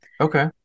okay